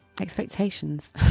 Expectations